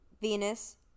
Venus